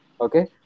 Okay